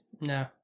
No